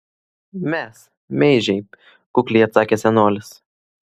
mes meižiai kukliai atsakė senolis